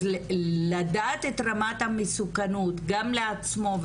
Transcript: אז לדעת את רמת המסוכנות גם לעצמו,